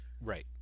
Right